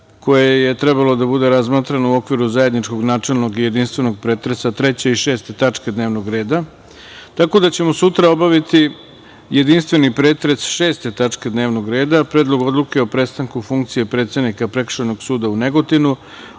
koja je trebala da bude razmatrana u okviru zajedničkog načelnog i jedinstvenog pretresa treće i šeste tačke dnevnog reda. Tako da ćemo sutra obaviti jedinstveni pretres 6. tačke dnevnog reda, Predlog odluke o prestanku funkcije predsednika Prekršajnog suda u Negotinu,